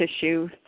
tissue